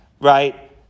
right